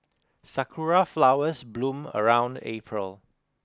sakura flowers bloom around April